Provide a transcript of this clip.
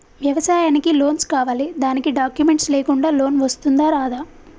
వ్యవసాయానికి లోన్స్ కావాలి దానికి డాక్యుమెంట్స్ లేకుండా లోన్ వస్తుందా రాదా?